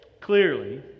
Clearly